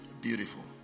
Beautiful